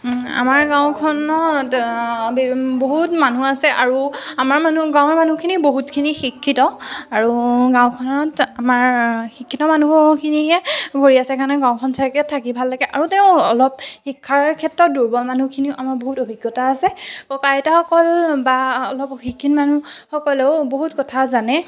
আমাৰ গাওঁখনত বহুত মানুহ আছে আৰু আমাৰ মানুহ গাঁৱৰ মানুহখিনি বহুতখিনি শিক্ষিত আৰু গাওঁখনত আমাৰ শিক্ষিত মানুহখিনিয়ে ভৰি আছে কাৰণে গাওঁখন চাগে থাকি ভাল লাগে আৰু তেওঁ অলপ শিক্ষাৰ ক্ষেত্ৰত দূৰ্বল মানুহখিনিও আমাৰ বহুত অভিজ্ঞতা আছে ককা আইতাসকল বা অলপ শিক্ষিত মানুহসকলেও বহুত কথা জানে